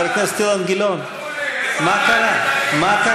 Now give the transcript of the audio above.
חבר הכנסת אילן גילאון, מה קרה?